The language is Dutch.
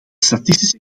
statistische